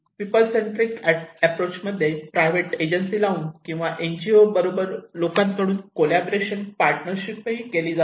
people centric approach मध्ये private agency किंवा N G O बरोबर लोकांकडून कॉलाबोरेशन पार्टनरशिप केली जाते